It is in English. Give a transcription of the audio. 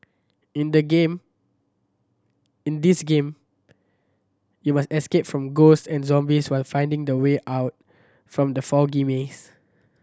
in the game in this game you must escape from ghost and zombies while finding the way out from the foggy maze